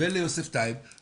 יוסף טייב,